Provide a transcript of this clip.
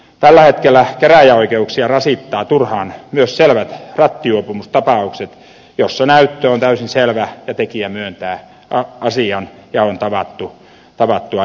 tällä hetkellä käräjäoikeuksia rasittavat turhaan myös selvät rattijuopumustapaukset joissa näyttö on täysin selvä ja tekijä myöntää asian ja on tavattu ajosta